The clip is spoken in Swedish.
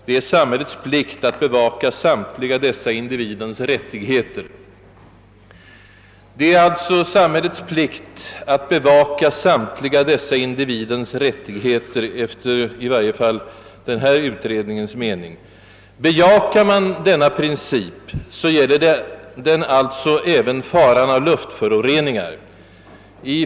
Det är samhällets plikt att bevaka samtliga dessa individens rättigheter.» Det är alltså samhällets plikt att bevaka samtliga dessa individens rättigheter, i varje fall enligt denna utrednings mening. Bejakar man denna princip måste man även ta ställning till faran av luftföroreningar.